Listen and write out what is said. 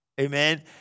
amen